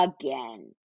again